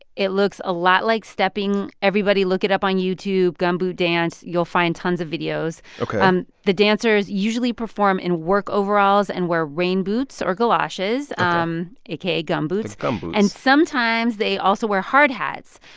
it looks a lot like stepping. everybody look it up on youtube gumboot dance. you'll find tons of videos ok um the dancers usually perform in work overalls and wear rain boots or galoshes um aka gumboots gumboots and sometimes they also wear hard hats.